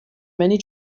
many